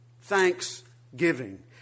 thanksgiving